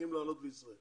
צריכים לעלות לישראל